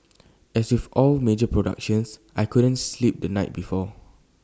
as with all major productions I couldn't sleep the night before